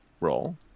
roll